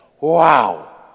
Wow